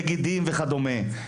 נגידים וכדומה,